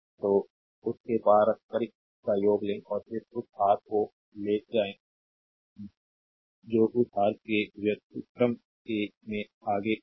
तो उस के पारस्परिक का योग लें और फिर उस आर को ले जाएं जो उस आर के व्युत्क्रम में आगे आर